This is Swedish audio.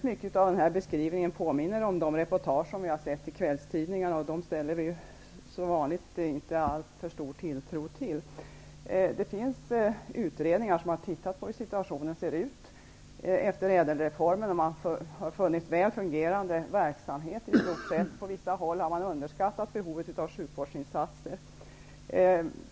Mycket av hennes beskrivning påminner om de reportage som vi har kunnat läsa i kvällstidningarna, och dem sätter vi som vanligt inte alltför stor tilltro till. Det finns utredningar där man har tittat på hur det ser ut efter ÄDEL-reformen. Man har funnit i stort sett väl fungerande verksamheter. På vissa håll har behovet av sjukvårdsinsatser underskattats.